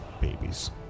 Babies